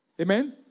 Amen